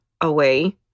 away